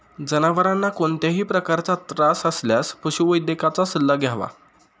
जनावरांना कोणत्याही प्रकारचा त्रास असल्यास पशुवैद्यकाचा सल्ला घ्यावा